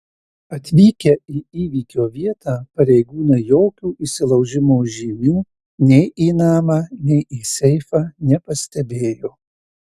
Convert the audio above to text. atvykę į įvykio vietą pareigūnai jokių įsilaužimo žymių nei į namą nei į seifą nepastebėjo